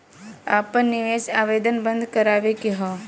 आपन निवेश आवेदन बन्द करावे के हौ?